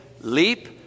leap